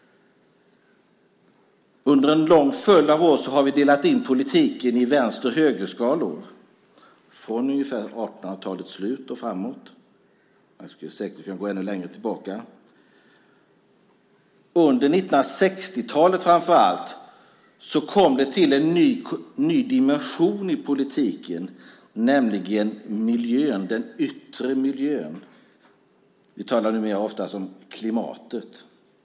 Under en lång följd av år, från ungefär 1800-talets slut och framåt, har vi delat in politiken i vänster och högerskalor. Man skulle säkert kunna gå ännu längre tillbaka. Under framför allt 1960-talet kom det till en ny dimension i politiken, nämligen den yttre miljön. Vi talar numera oftast om klimatet.